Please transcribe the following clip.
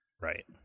Right